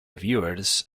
viewers